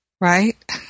right